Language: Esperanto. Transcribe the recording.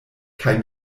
kaj